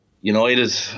United